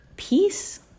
peace